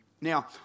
Now